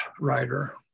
writer